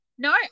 No